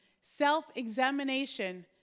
Self-examination